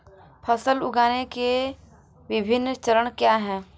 फसल उगाने के विभिन्न चरण क्या हैं?